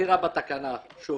ככל שהעסק יותר גדול,